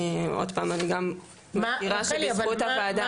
עוד פעם אני גם מכירה שבזכות הוועדה